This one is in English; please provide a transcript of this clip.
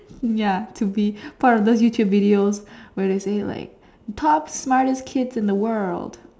ya to be part of those YouTube videos where say like top smartest kids in the world